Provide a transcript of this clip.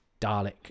dalek